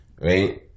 right